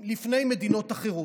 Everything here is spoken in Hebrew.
לפני מדינות אחרות.